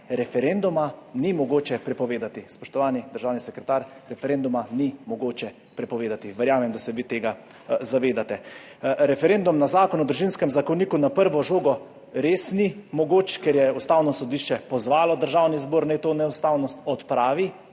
referenduma ni mogoče prepovedati. Spoštovani državni sekretar, referenduma ni mogoče prepovedati. Verjamem, da se vi tega zavedate. Referendum na Zakon o Družinskem zakoniku na prvo žogo res ni mogoč, ker je Ustavno sodišče pozvalo Državni zbor naj to neustavnost odpravi,